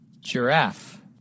giraffe